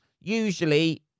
Usually